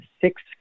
six